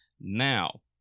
now